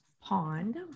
Pond